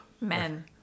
Men